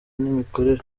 n’imikorere